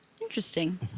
Interesting